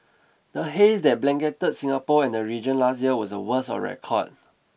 the haze that blanketed Singapore and region last year was the worst on record